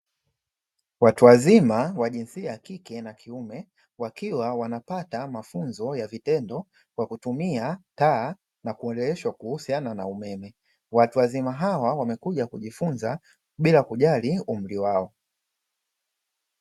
Watu wazima wa jinsia ya kike na kiume wakiwa wanapata mafunzo ya vitendo kwa kutumia taa na kueleweshwa kuhusiana na umeme. Watu wazima hawa wamekuja kujifunza bila kujali umri wao.